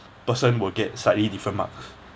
person will get slightly different marks